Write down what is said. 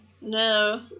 No